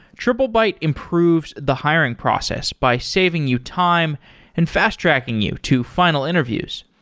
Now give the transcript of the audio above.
triplebyte improves the hiring process by saving you time and fast-tracking you to final interviews.